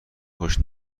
خوش